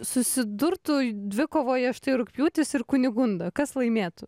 susidurtų dvikovoje štai rugpjūtis ir kunigunda kas laimėtų